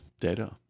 Data